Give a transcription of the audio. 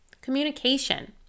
Communication